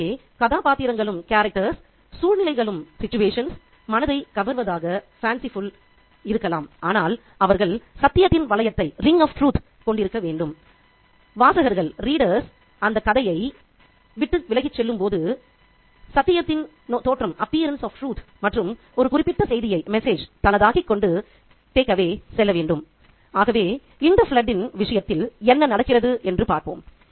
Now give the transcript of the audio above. எனவே கதாபாத்திரங்களும் சூழ்நிலைகளும் மனதைக் கவர்வதாக இருக்கலாம் அவை கிட்டத்தட்ட யதார்த்தமற்றவையாக இருக்கலாம் அவை அற்புதமானவையாக இருக்கலாம் ஆனால் அவைகள் சத்தியத்தின் வளையத்தைக் கொண்டிருக்க வேண்டும் வாசகர்கள் அந்த கதையை விட்டு விலகிச் செல்லும்போது சத்தியத்தின் தோற்றம் மற்றும் ஒரு குறிப்பிட்ட செய்தியை தனதாக்கிக் கொண்டு செல்ல வேண்டும் ஆகவே'இன் த ஃப்ளட்' ன் விஷயத்தில் என்ன நடக்கிறது என்று பார்ப்போம்